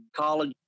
college